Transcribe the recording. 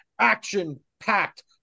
action-packed